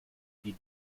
die